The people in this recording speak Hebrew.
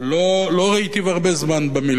לא ראיתיו הרבה זמן במליאה.